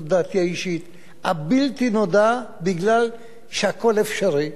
זאת דעתי האישית: הבלתי-נודע, מפני שהכול אפשרי.